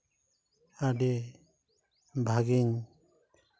ᱟᱹᱰᱤ ᱵᱷᱟᱹᱜᱤᱧ